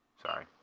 Sorry